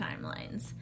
timelines